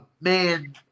man